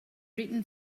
written